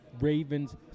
Ravens